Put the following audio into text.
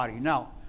Now